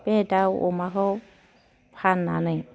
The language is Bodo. बे दाउ अमाखौ फाननानै